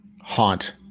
haunt